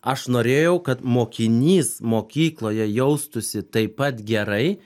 aš norėjau kad mokinys mokykloje jaustųsi taip pat gerai